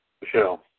Michelle